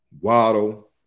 Waddle